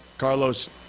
Carlos